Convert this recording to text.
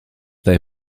their